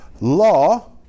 law